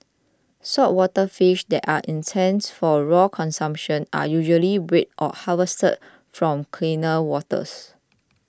saltwater fish that are intended for raw consumption are usually bred or harvested from cleaner waters